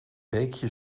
beekje